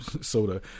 soda